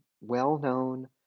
well-known